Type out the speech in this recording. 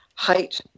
Height